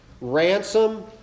ransom